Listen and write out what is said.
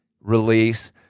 release